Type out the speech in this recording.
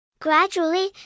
Gradually